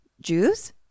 Jews